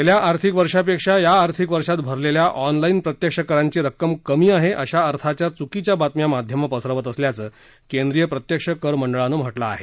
गेल्या आर्थिक वर्षापेक्षा या आर्थिक वर्षात भरलेल्या ऑनलाईन प्रत्यक्ष करांची रक्कम कमी आहे अशा अर्थाच्या चुकीच्या बातम्या माध्यमं पसरवत असल्याचं केंद्रीय प्रत्यक्ष कर मंडळानं म्हटलं आहे